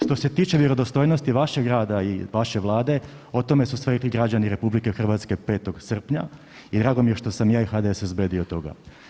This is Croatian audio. Što se tiče vjerodostojnosti vašeg rada i vaše vlade, o tome su sve rekli građani RH 5. srpnja i drago mi je što sam ja i HDSSB dio toga.